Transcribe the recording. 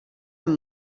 amb